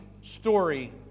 story